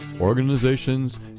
organizations